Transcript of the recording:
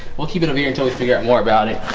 well keep it up here until we figure out more about it